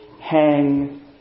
hang